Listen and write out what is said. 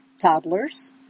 Toddlers